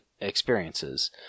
experiences